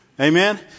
Amen